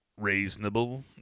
reasonable